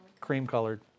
cream-colored